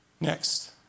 Next